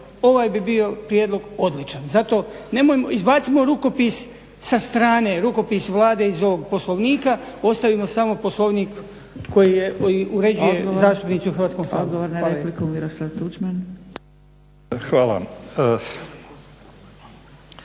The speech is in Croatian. ovaj bi bio prijedlog odličan. Zato nemojmo izbacimo rukopis sa strane, rukopis Vlade iz ovog Poslovnika, ostavimo samo Poslovnik koji je, uređuje, zastupnici u Hrvatskom saboru. Hvala